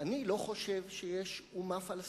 אני לא חושב שיש אומה פלסטינית.